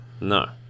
no